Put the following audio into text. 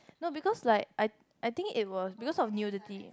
no because like I I think it was because of nudity